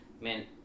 man